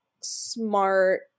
smart